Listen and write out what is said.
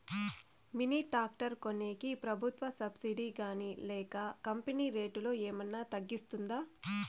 Mini tractor కొనేకి ప్రభుత్వ subsidy గాని లేక కంపెని రేటులో ఏమన్నా తగ్గిస్తుందా?